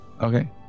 Okay